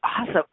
awesome